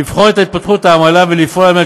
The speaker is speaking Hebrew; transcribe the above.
לבחון את התפתחות העמלה ולפעול לכך